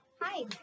hi